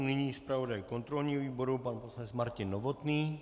Nyní zpravodaj kontrolního výboru pan poslanec Martin Novotný.